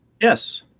Yes